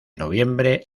noviembre